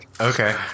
Okay